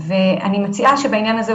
ואני מציעה שבעניין הזה,